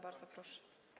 Bardzo proszę.